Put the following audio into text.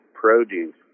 produce